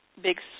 big